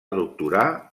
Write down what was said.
doctorar